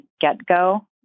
get-go